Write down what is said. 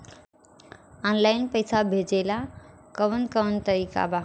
Online पइसा भेजेला कवन कवन तरीका बा?